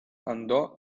andò